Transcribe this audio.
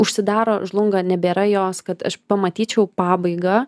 užsidaro žlunga nebėra jos kad aš pamatyčiau pabaigą